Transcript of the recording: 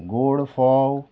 गोड फोव